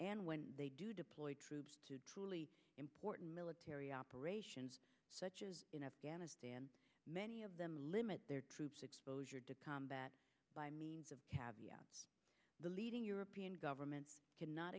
and when they do deploy troops to truly important military operations such as in afghanistan many of them limit their troops exposure to combat by means of caviar the leading european governments cannot